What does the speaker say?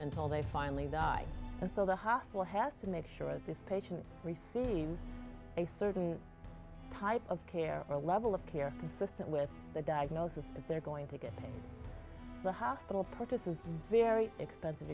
until they finally die and so the hospital has to make sure that this patient receives a certain type of care or a level of care consistent with the diagnosis that they're going to get the hospital practices very expensive